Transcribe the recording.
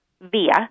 Via